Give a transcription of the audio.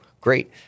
great